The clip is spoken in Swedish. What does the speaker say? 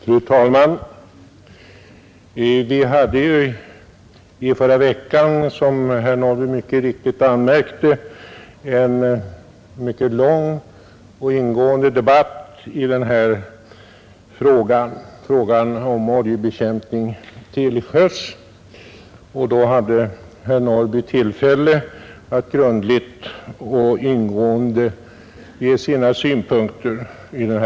Fru talman! Vi hade i förra veckan, som herr Norrby i Åkersberga mycket riktigt anmärkte, en mycket lång och ingående interpellationsdebatt i frågan om oljebekämpning till sjöss. Då hade herr Norrby tillfälle att grundligt ge sina synpunkter till känna.